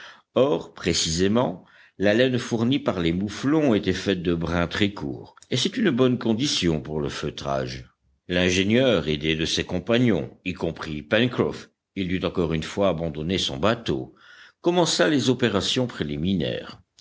or précisément la laine fournie par les mouflons était faite de brins très courts et c'est une bonne condition pour le feutrage l'ingénieur aidé de ses compagnons y compris pencroff il dut encore une fois abandonner son bateau commença les opérations préliminaires